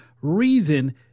reason